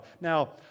Now